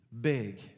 big